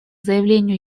заявлению